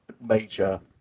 major